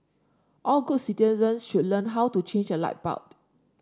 all good citizens should learn how to change a light bulb